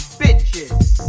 bitches